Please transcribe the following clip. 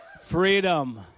freedom